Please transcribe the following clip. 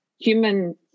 human